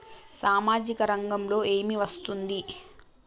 సామాజిక రంగంలో ఏమి వస్తుంది?